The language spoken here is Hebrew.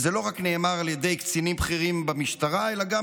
וזה לא נאמר רק על ידי קצינים בכירים במשטרה אלא גם